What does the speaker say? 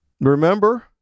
Remember